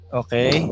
okay